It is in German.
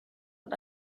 und